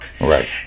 Right